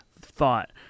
thought